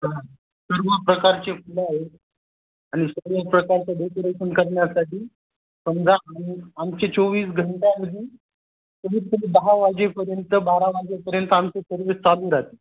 ह सर्व प्रकारचे फुलं आहेत आणि सर्व प्रकारचं डेकोरेशन करण्यासाठी समजा आ आमचे चोवीस घंटा अजून कमीतकमी दहा वाजेपर्यंत बारा वाजेपर्यंत आमचे सर्विस चालू राहतात